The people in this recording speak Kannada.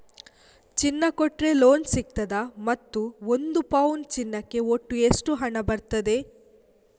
ಚಿನ್ನ ಕೊಟ್ರೆ ಲೋನ್ ಸಿಗ್ತದಾ ಮತ್ತು ಒಂದು ಪೌನು ಚಿನ್ನಕ್ಕೆ ಒಟ್ಟು ಎಷ್ಟು ಹಣ ಬರ್ತದೆ?